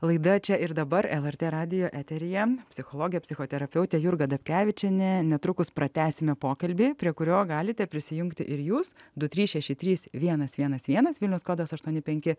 laida čia ir dabar lrt radijo eteryje psichologė psichoterapeutė jurga dapkevičienė netrukus pratęsime pokalbį prie kurio galite prisijungti ir jūs du trys šeši trys vienas vienas vienas vilniaus kodas aštuoni penki